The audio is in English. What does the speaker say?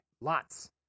Lots